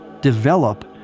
develop